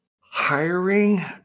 hiring